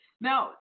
Now